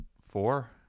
Four